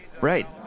Right